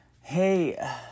hey